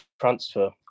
transfer